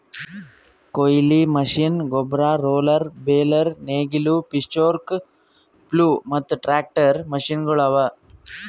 ಕೊಯ್ಲಿ ಮಷೀನ್, ಗೊಬ್ಬರ, roller, baler, ನೇಗಿಲು, ಪಿಚ್ಫೋರ್ಕ್, ಪ್ಲೊ ಮತ್ತ ಟ್ರಾಕ್ಟರ್ ಮಷೀನಗೊಳ್ ಅವಾ